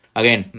again